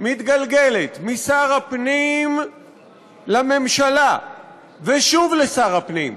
מתגלגלת משר הפנים לממשלה ושוב לשר הפנים.